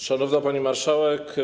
Szanowna Pani Marszałek!